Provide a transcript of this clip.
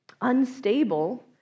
unstable